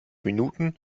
minuten